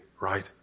right